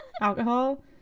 alcohol